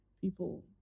People